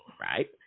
Right